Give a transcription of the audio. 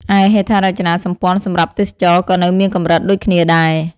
ឯ ហេដ្ឋារចនាសម្ព័ន្ធសម្រាប់ទេសចរណ៍ក៏នៅមានកម្រិតដូចគ្នាដែរ។